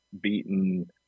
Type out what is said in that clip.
beaten